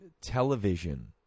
television